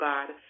God